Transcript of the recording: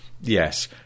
yes